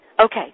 Okay